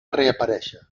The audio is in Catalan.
reaparèixer